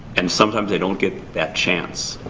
and sometimes they don't get that chance.